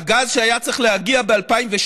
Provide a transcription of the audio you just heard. הגז שהיה צריך להגיע ב-2012,